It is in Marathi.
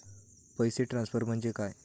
पैसे ट्रान्सफर म्हणजे काय?